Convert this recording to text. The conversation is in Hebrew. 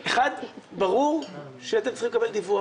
אחד, ברור שאתם צריכים לקבל דיווח.